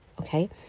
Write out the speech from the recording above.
okay